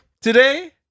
today